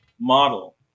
model